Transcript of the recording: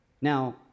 Now